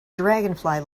dragonfly